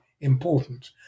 important